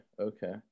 Okay